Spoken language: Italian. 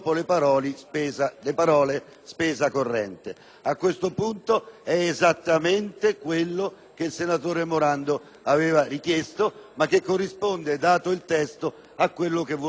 che il senatore Morando aveva richiesto, ma che corrisponde, dato il testo, a quello che volevo esprimere sia nell'ordine del giorno sia nell'emendamento. Ringrazio il rappresentante